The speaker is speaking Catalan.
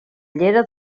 llera